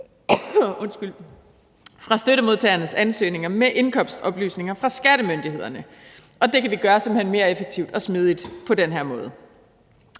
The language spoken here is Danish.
fra støttemodtagernes ansøgninger med indkomstoplysninger fra skattemyndighederne. Og det kan vi simpelt hen gøre mere effektivt og smidigt på den her måde.